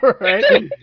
right